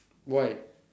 why